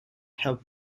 have